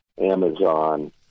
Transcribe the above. Amazon